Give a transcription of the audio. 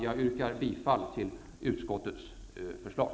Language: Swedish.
Jag yrkar bifall till utskottets hemställan.